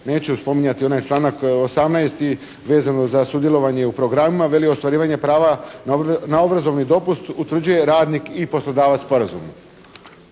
neću spominjati onaj članak 18. vezano za sudjelovanje u programima, veli ostvarivanje prava na obrazovni dopust utvrđuje radnih i poslodavac sporazumno.